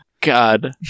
God